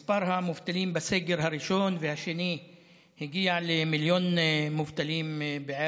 מספר המובטלים בסגר הראשון והשני הגיע למיליון בערך,